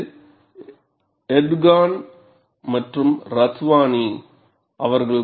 இது எர்டோகன் மற்றும் Ratwani Erdogan and Ratwani